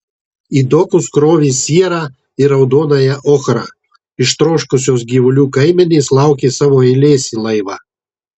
į dokus krovė sierą ir raudonąją ochrą ištroškusios gyvulių kaimenės laukė savo eilės į laivą